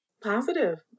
Positive